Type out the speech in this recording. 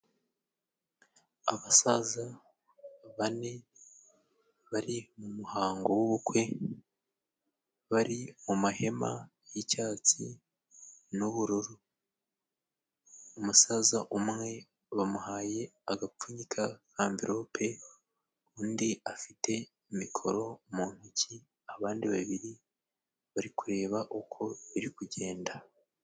Abasaza bane bari mu muhango w'ubukwe bari mu mahema y'icyatsi n'ubururu. Umusaza umwe bamuhaye agapfunyika amvelope undi afite mikoro mu ntoki abandi babiri bari kureba uko biri kugenda.